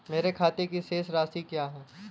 मेरे खाते की शेष राशि क्या है?